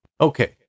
Okay